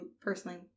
personally